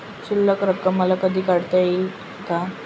शिल्लक रक्कम मला कधी काढता येईल का?